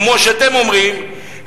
כמו שאתם אומרים,